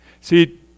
See